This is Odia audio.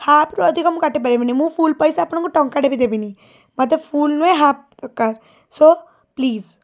ହାପ୍ରୁ ଅଧିକ ମୁଁ କାଟିପାରିବିନି ମୁଁ ଫୁଲ୍ ପଇସା ଆପଣଙ୍କୁ ଟଙ୍କାଟେ ବି ଦେବିନି ମୋତେ ଫୁଲ୍ ନୁହେଁ ହାପ୍ ଦରକାର ସୋ ପ୍ଲିଜ୍